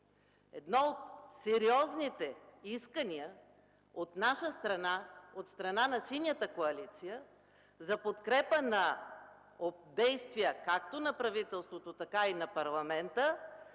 едно от сериозните искания от страна на Синята коалиция за подкрепа на действия както на правителството, така и на парламента